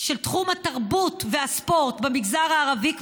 של תחום התרבות והספורט במגזר הערבי,